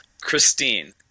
Christine